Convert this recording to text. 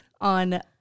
on